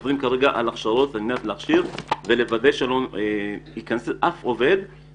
עובדים כרגע על הכשרות ולוודא שלא ייכנס אף עובד ללא הכשרה.